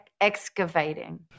excavating